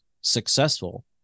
successful